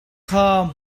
kha